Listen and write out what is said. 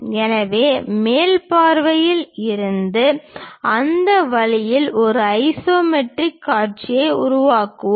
எனவே மேல் பார்வையில் இருந்து அந்த வழியில் ஒரு ஐசோமெட்ரிக் காட்சியை உருவாக்குவோம்